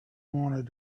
wanted